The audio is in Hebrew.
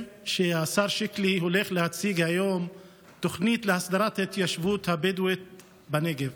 שהשר שיקלי הולך להציג היום תוכנית להסדרת ההתיישבות הבדואית בנגב,